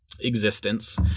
existence